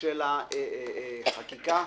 של החקיקה.